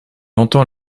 entend